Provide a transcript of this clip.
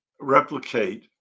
replicate